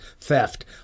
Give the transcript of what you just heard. theft